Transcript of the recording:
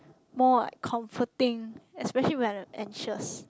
more like comforting especially when I'm like anxious